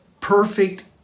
perfect